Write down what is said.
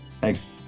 thanks